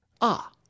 Ah